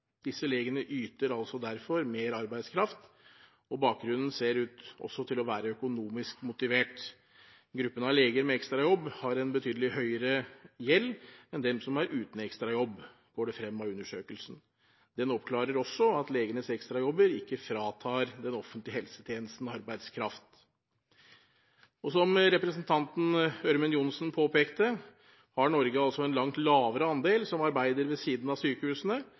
Disse legene yter derfor mer arbeidskraft, og bakgrunnen ser ut til å være økonomisk motivert. Gruppen av leger med ekstrajobb har en betydelig høyere gjeld enn dem som er uten ekstrajobb, går det frem av undersøkelsen. Den oppklarer også at legenes ekstrajobber ikke fratar den offentlige helsetjenesten arbeidskraft. Som representanten Ørmen Johnsen påpekte, har Norge en langt lavere andel som arbeider ved siden av sykehusene,